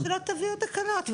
למה שלא תביאו תקנות,